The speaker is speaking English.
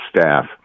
staff